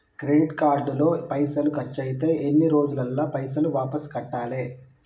Credit card లో పైసల్ ఖర్చయితే ఎన్ని రోజులల్ల పైసల్ వాపస్ కట్టాలే?